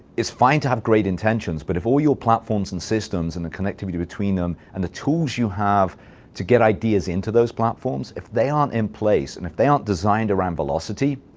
it's fine to have great intentions. but, all your platforms, and systems, and the connectivity between them, and the tools you have to get ideas into those platforms, if they aren't in place and if they aren't designed around velocity,